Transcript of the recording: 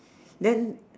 then